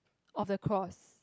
of a cross